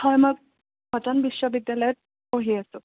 হয় মই কটন বিশ্ববিদ্যালয়ত পঢ়ি আছোঁ